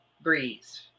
breeze